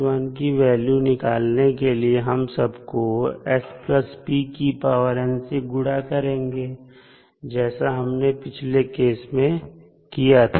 kn−1 की वैल्यू निकालने के लिए हम सबको s pn से गुड़ा करेंगे जैसा हमने पिछले केस में किया था